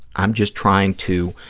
i'm just trying to